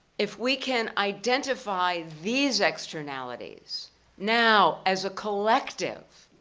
if we can identify these externalities now as a collective,